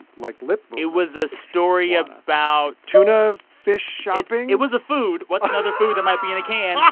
like lip movements it was a story um about. tuna fish shopping? it was a food. what's another food that might be in a can? yeah